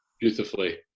beautifully